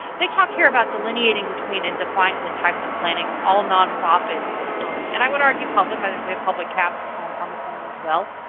they talk here about delineating between and defining the types of planning all nonprofits and i would argue public in the and way of public caps um on the phone as well,